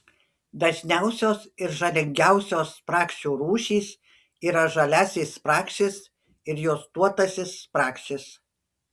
dažniausios ir žalingiausios spragšių rūšys yra žaliasis spragšis ir juostuotasis spragšis